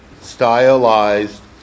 stylized